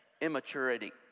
immaturity